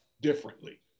differently